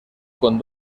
con